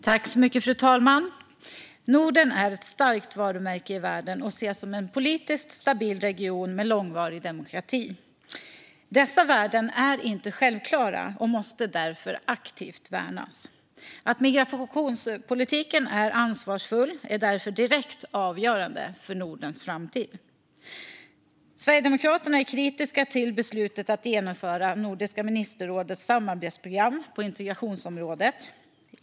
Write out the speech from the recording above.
Fru talman! Norden är ett starkt varumärke i världen och ses som en politiskt stabil region med långvarig demokrati. Dessa värden är inte självklara och måste därför aktivt värnas. Att migrationspolitiken är ansvarsfull är därför direkt avgörande för Nordens framtid. Sverigedemokraterna är kritiska till beslutet att genomföra Nordiska ministerrådets samarbetsprogram på integrationsområdet.